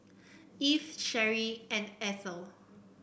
Evie Cherrie and Eithel